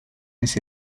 this